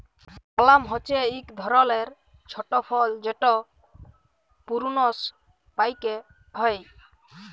পালাম হছে ইক ধরলের ছট ফল যেট পূরুনস পাক্যে হয়